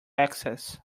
access